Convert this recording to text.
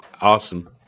Awesome